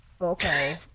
Okay